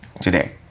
today